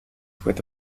with